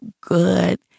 good